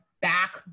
back